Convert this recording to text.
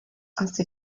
asi